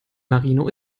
marino